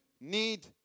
need